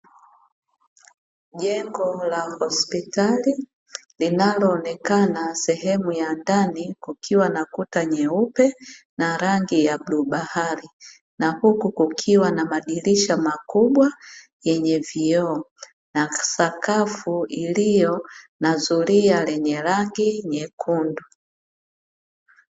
Jengo la hospitali linaloonekana sehemu ya ndani, kukiwa na kuta nyeupe na rangi ya bluu bahari. Na huku kukiwa na madirisha makubwa yenye vioo na sakafu iliyo na zulia lenye rangi nyekundu .